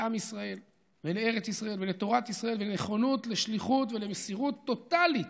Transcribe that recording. לעם ישראל ולארץ ישראל ולתורת ישראל ונכונות לשליחות ולמסירות טוטלית.